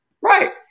Right